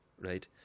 right